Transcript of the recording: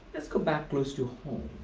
let's go back close to home.